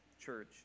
church